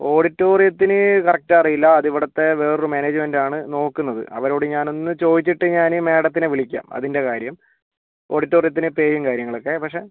ഓഡിറ്റോറിയത്തിന് correct അറിയില്ല അതിവിടുത്തെ വേറൊരു മാനേജ്മെൻറ്റാണ് നോക്കുന്നത് അവരോട് ഞാനൊന്ന് ചോദിച്ചിട്ട് ഞാൻ മേഡത്തിനെ വിളിക്കാം അതിൻ്റെ കാര്യം ഓഡിറ്റോറിയത്തിൻ്റെ പേയും കാര്യങ്ങളൊക്കെ പക്ഷേ